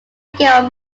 game